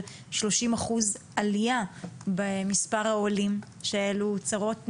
30% עליה במספר העולים שאלו צרות נהדרות,